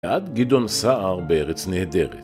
עד גדעון סער בארץ נהדרת.